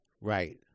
Right